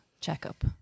checkup